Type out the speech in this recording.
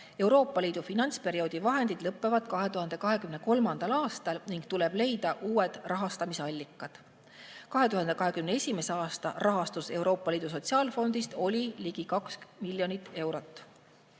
Euroopa Liidu finantsperioodi vahendid lõpevad 2023. aastal ning seejärel tuleb leida uued rahastamisallikad. 2021. aastal saadi Euroopa Liidu Sotsiaalfondist ligi 2 miljonit eurot.